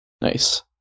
Nice